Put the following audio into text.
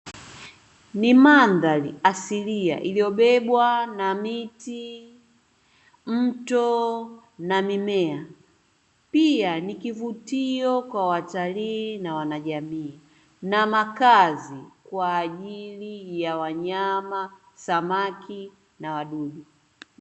Ni mandhari asilia iliyobebwa na miti, mto na mimea, pia ni kuvutio kwa watalii na wanajamii, na makazi kwa ajili ya wanyama, samaki na wadudu.